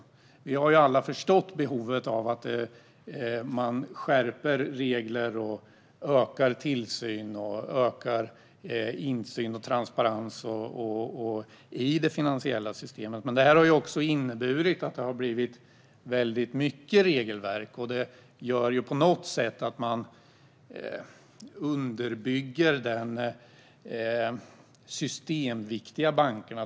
Vi har alla förstått behovet av att man skärper regler, ökar tillsynen och ökar insynen och transparensen i det finansiella systemet. Men detta har också inneburit att det har blivit väldigt mycket regelverk. Det gör på något sätt att man underbygger de systemviktiga bankerna.